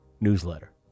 newsletter